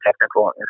technical